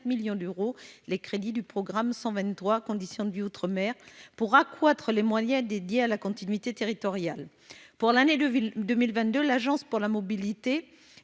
millions d'euros les crédits du programme 123, « Conditions de vie outre-mer », pour accroître les moyens dédiés à la continuité territoriale. Pour l'année 2022, Ladom estime